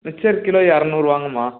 mixture kilo இரநூறுவாங்கம்மா